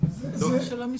שביט בבקשה.